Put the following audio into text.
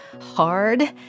hard